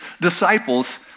disciples